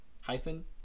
hyphen